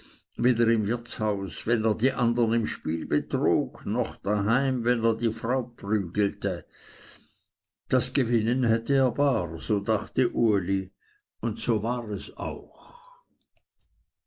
weder im wirtshaus wenn er die andern im spiel betrog noch daheim wenn er die frau prügelte das gewinnen hätte er bar so dachte uli und so war es auch